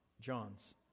John's